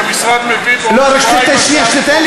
כי המשרד מביא בעוד שבועיים הצעת חוק.